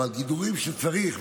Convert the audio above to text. אבל גידורים שצריך,